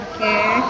Okay